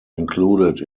included